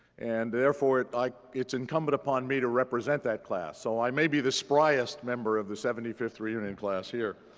and therefore, like it's incumbent upon me to represent that class. so i may be the spriest member of the seventy fifth reunion class here.